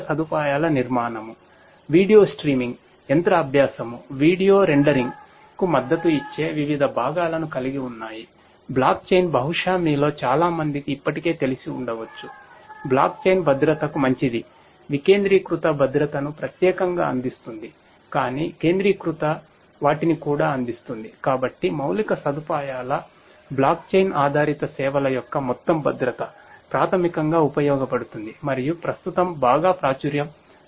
సోన్మ్ ఆధారిత సేవల యొక్క మొత్తం భద్రత ప్రాథమికంగా ఉపయోగపడుతుంది మరియు ప్రస్తుతం బాగా ప్రాచుర్యం పొందింది